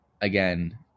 again